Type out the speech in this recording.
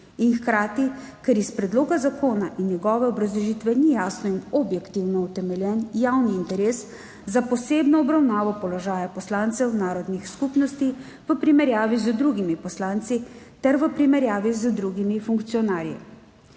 Hkrati iz predloga zakona in njegove obrazložitve ni jasno in objektivno utemeljen javni interes za posebno obravnavo položaja poslancev narodnih skupnosti v primerjavi z drugimi poslanci ter v primerjavi z drugimi funkcionarji.